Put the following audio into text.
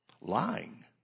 Lying